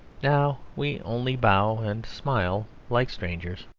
now we only bow and smile, like strangers.